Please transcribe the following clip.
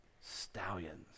stallions